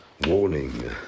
Warning